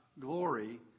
glory